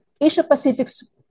Asia-Pacific's